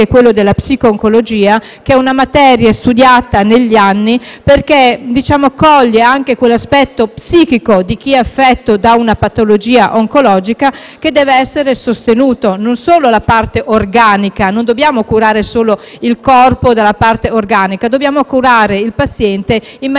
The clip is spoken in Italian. quello della psiconcologia, una materia sviluppatasi negli anni, che coglie anche l'aspetto psichico di chi è affetto da una patologia oncologica, che deve essere sostenuto. Non c'è solo la parte organica e non dobbiamo curare solo il corpo, ma dobbiamo curare il paziente in maniera